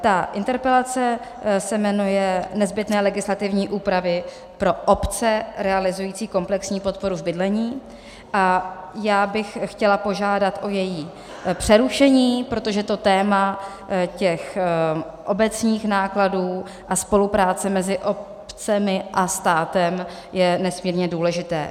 Ta interpelace se jmenuje nezbytné legislativní úpravy pro obce realizující komplexní podporu bydlení, a já bych chtěla požádat o její přerušení, protože téma obecních nákladů a spolupráce mezi obcemi a státem je nesmírně důležité.